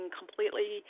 completely